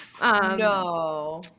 no